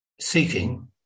seeking